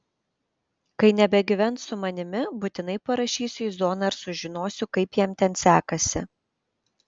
kai nebegyvens su manimi būtinai parašysiu į zoną ir sužinosiu kaip jam ten sekasi